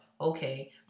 Okay